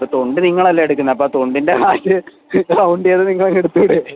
അപ്പോൾ തൊണ്ട് നിങ്ങൾ അല്ലേ എടുക്കുന്നത് അപ്പോൾ തൊണ്ടിൻ്റെ കാശ് കൗണ്ട് ചെയ്ത് നിങ്ങൾ അങ്ങ് എടുത്തുകൂടേ